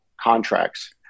contracts